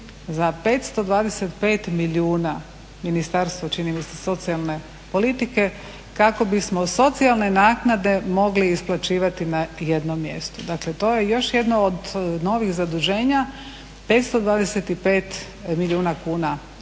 za 525 milijuna Ministarstvo čini mi se socijalne politike, kako bismo socijalne naknade mogli isplaćivati na jednom mjestu. Dakle to je još jedno od novih zaduženja. 525 milijuna,